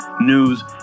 news